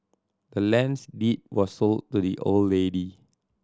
the land's deed was sold to the old lady